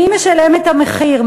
מי משלם את המחיר?